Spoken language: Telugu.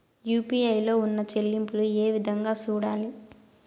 యు.పి.ఐ లో ఉన్న చెల్లింపులు ఏ విధంగా సూడాలి